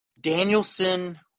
Danielson